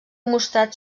mostrat